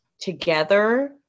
together